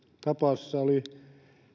tapaus jossa oli